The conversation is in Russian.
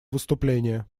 выступление